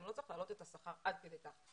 גם לא צריך להעלות את השכר עד כדי כך.